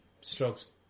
strokes